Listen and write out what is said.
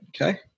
okay